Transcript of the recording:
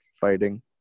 fighting